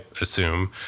assume